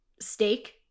steak